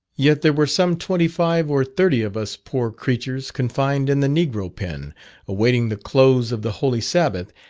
yet there were some twenty-five or thirty of us poor creatures confined in the negro pen awaiting the close of the holy sabbath,